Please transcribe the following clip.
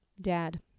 Dad